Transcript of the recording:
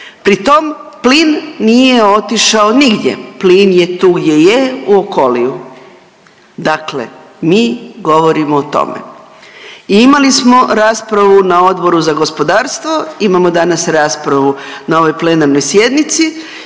Pri tom plin nije otišao nigdje. Plin je tu gdje je u Okoliju. Dakle, mi govorimo o tome. I imali smo raspravu na Odboru za gospodarstvo, imamo danas raspravu na ovoj plenarnoj sjednici